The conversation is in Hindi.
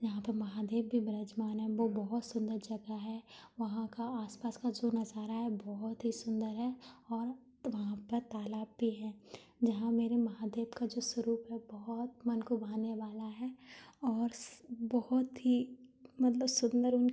यहाँ पर महादेव भी बिराजमान हैं वो बहुत सुंदर जगह है वहाँ का आसपास का जो नज़ारा है बहुत ही सुंदर है और वहाँ पर तालाब भी है जहाँ मेरे महादेव का जो स्वरूप है बहुत मन को भाने वाला है और बहुत ही मतलब सुंदर उन